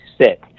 sit